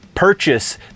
purchase